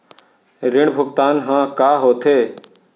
ऋण भुगतान ह का होथे?